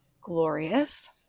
glorious